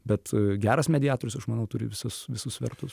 bet geras mediatorius aš manau turi visus visus svertus